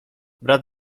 brat